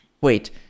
Wait